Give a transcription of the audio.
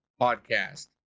podcast